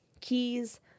keys